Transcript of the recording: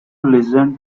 listen